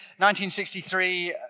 1963